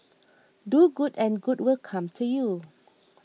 do good and good will come to you